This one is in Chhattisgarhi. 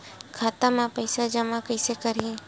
खाता म पईसा जमा कइसे करही?